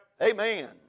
Amen